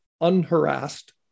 unharassed